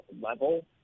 level